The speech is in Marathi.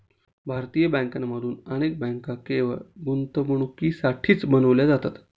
भारतीय बँकांमधून अनेक बँका केवळ गुंतवणुकीसाठीच बनविल्या जातात